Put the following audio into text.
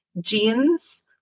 jeans